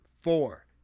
four